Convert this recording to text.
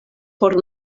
por